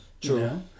true